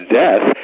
death